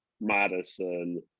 Madison